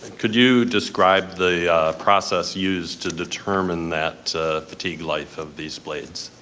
could you describe the process used to determine that fatigue life of these blades?